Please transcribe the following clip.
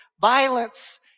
Violence